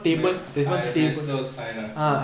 maslow's hierarchy